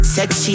Sexy